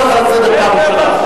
אני קורא אותך לסדר פעם ראשונה,